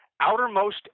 outermost